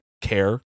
care